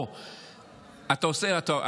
או אתה עושה אותו,